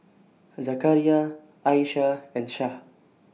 Zakaria Aishah and Syah